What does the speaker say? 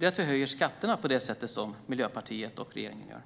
är att höja skatterna på det sätt som Miljöpartiet och övriga regeringen gör.